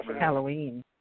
Halloween